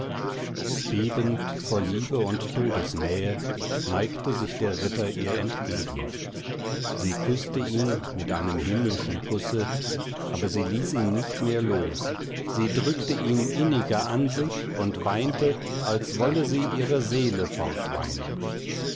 bebend vor liebe und todesnähe neigte sich der ritter ihr entgegen sie küßte ihn mit einem himmlischen kusse aber sie ließ ihn nicht mehr los sie drückte ihn inniger an sich und weinte als wolle sie ihre seele